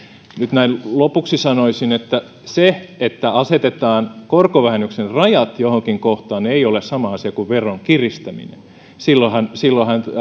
nyt näin lopuksi sanoisin että se että asetetaan korkovähennyksen rajat johonkin kohtaan ei ole sama asia kuin veron kiristäminen silloinhan silloinhan